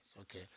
okay